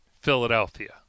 Philadelphia